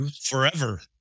Forever